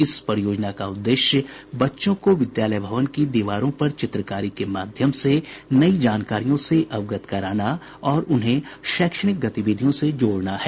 इस परियोजना का उद्देश्य बच्चों को विद्यालय भवन की दीवारों पर चित्रकारी के माध्यम से नई जानकारियों से अवगत कराना और उन्हें शैक्षणिक गतिविधियों से जोड़ना है